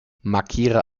markiere